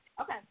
Okay